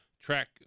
Track